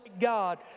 God